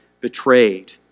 betrayed